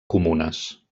comunes